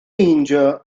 meindio